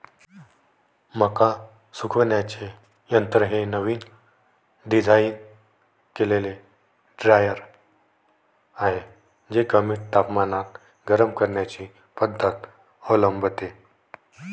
मका सुकवण्याचे यंत्र हे नवीन डिझाइन केलेले ड्रायर आहे जे कमी तापमानात गरम करण्याची पद्धत अवलंबते